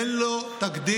אין לו תקדים.